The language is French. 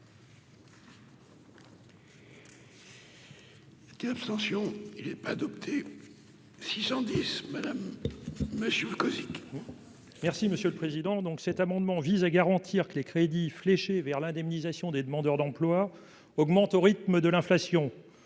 Abstention : il est pas adopté 610 madame, monsieur Cozic. Merci monsieur le président, donc, cet amendement vise à garantir que les crédits fléchés vers l'indemnisation des demandeurs d'emploi augmente au rythme de l'inflation,